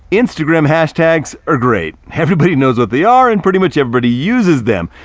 instagram hashtags are great. everybody knows what they are, and pretty much everybody uses them.